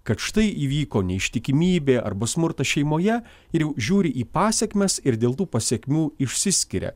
kad štai įvyko neištikimybė arba smurtas šeimoje ir jau žiūri į pasekmes ir dėl tų pasekmių išsiskiria